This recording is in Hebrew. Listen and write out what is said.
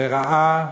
לרעה,